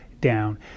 down